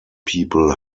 people